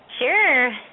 Sure